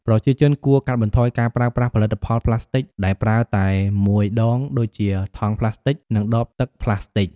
ប្រជាជនគួរកាត់បន្ថយការប្រើប្រាស់ផលិតផលប្លាស្ទិកដែលប្រើតែមួយដងដូចជា ថង់ប្លាស្ទិក និងដបទឹកប្លាស្ទិក។